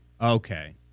Okay